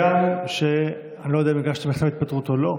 הגם שאני לא יודע אם הגשת בכלל התפטרות או לא,